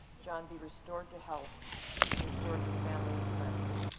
john be restored to health and restored to family and friends.